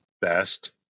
best